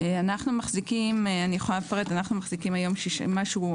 אנחנו מחזיקים היום משהו,